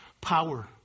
power